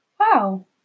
Wow